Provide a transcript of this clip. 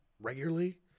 regularly